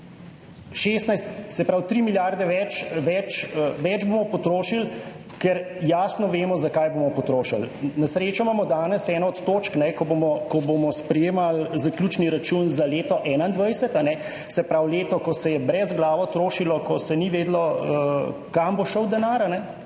3 milijarde več bomo potrošili, ker jasno vemo, za kaj bomo potrošili. Na srečo imamo danes eno od točk, ko bomo sprejemali zaključni račun za leto 2021, se pravi leto, ko se je brezglavo trošilo, ko se ni vedelo, kam bo šel denar,